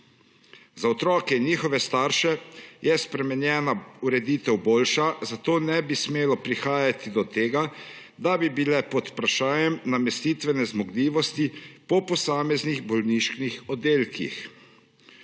Za otroke in njihove starše je spremenjena ureditev boljša, zato ne bi smelo prihajati do tega, da bi bile pod vprašajem namestitvene zmogljivosti po posameznih bolniških oddelkih.